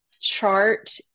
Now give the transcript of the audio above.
chart